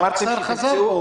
האוצר חזר בו.